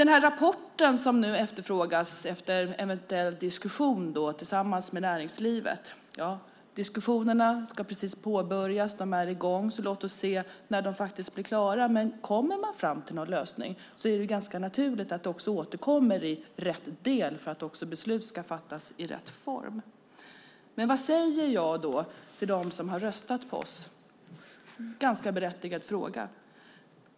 När det gäller den rapport efter eventuell diskussion med näringslivet som efterfrågas ska diskussionerna precis påbörjas. De är i gång, så låt oss se när de faktiskt blir klara. Kommer man fram till någon lösning är det dock ganska naturligt att det också återkommer i rätt del för att beslut ska fattas i rätt form. Vad säger jag då till dem som röstat på oss? Det är en ganska berättigad fråga.